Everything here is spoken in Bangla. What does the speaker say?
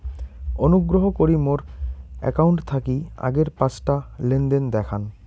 অনুগ্রহ করি মোর অ্যাকাউন্ট থাকি আগের পাঁচটা লেনদেন দেখান